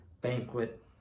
banquet